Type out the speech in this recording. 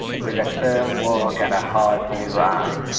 with a firm walk and a hard blue eye.